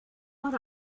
what